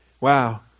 Wow